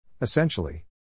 Essentially